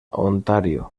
ontario